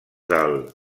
del